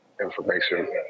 information